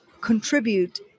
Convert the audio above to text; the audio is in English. contribute